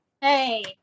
Hey